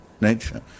nature